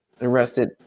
arrested